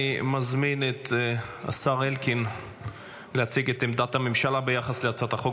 אני מזמין את השר אלקין להציג את עמדת הממשלה ביחס להצעת החוק,